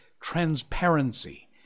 transparency